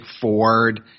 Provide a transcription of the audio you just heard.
Ford